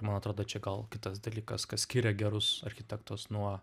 man atrodo čia gal kitas dalykas kas skiria gerus architektus nuo